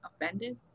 offended